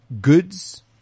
goods